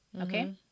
Okay